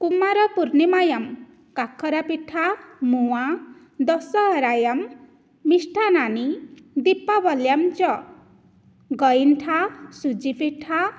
कुमारपूर्णिमायां कक्करपिट्ठा मुवा दसहरायां मिष्ठान्नानि दिपावल्यां च गोइण्ठा सुजिपिट्ठा